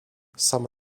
some